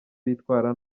bitwara